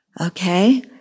Okay